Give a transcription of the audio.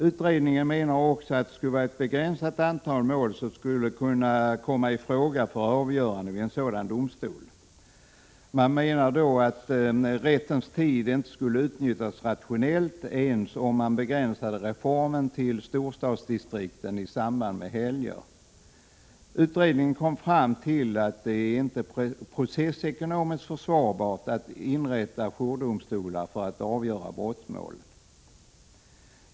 Utredningen menar också att det skulle vara ett mycket begränsat antal mål som skulle komma i fråga för avgörande vid en sådan domstol. Man menar då att rättens tid inte skulle utnyttjas rationellt ens om man begränsade reformen till storstadsdistrikten i samband med helger. Utredningen kom fram till att det inte är processekonomiskt försvarbart att inrätta jourdomstolar för att avgöra brottmål.